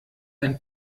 ein